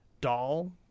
doll